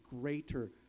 greater